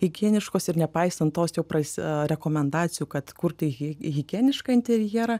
higieniškos ir nepaisant tos jau pras rekomendacijų kad kurti hi higienišką interjerą